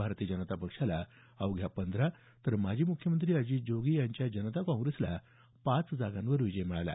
भारतीय जनता पक्षाला अवघ्या पंधरा तर माजी मुख्यमंत्री अजित जोगी यांच्या जनता काँग्रेसला पाच जागांवर विजय मिळाला